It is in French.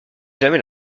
jamais